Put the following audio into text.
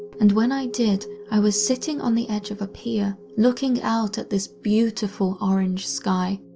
and when i did i was sitting on the edge of a pier, looking out at this beautiful orange sky.